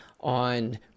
on